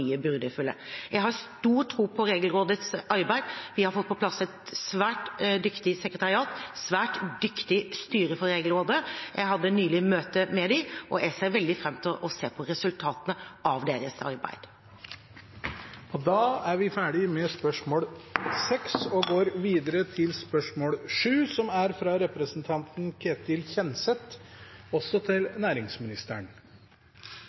byrdefulle. Jeg har stor tro på Regelrådets arbeid. Vi har fått på plass et svært dyktig sekretariat og et svært dyktig styre for Regelrådet. Jeg hadde nylig møte med dem, og jeg ser veldig frem til å se på resultatene av deres arbeid. «Et område hvor det er stor forskjell på kvinner og menn i Norge, er gründerskap og oppstart av nye bedrifter. Ferske tall fra